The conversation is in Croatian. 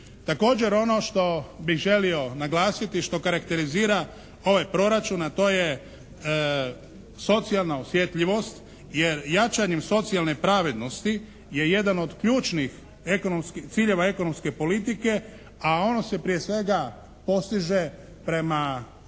Također ono što bih želio naglasiti, što karakterizira ovaj proračun, a to je socijalna osjetljivost, jer jačanjem socijalne pravednosti je jedan od ključnih ciljeva ekonomske politike, a ono se prije svega postiže prema politici